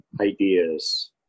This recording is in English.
ideas